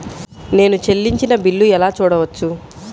నేను చెల్లించిన బిల్లు ఎలా చూడవచ్చు?